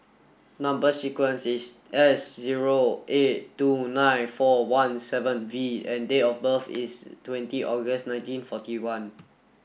number sequence is S zero eight two nine four one seven V and date of birth is twenty August nineteen forty one